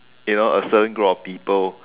you know a certain group of people